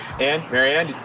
and mary-anne?